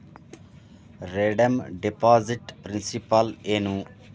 redeem deposit principal ಏನು